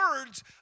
words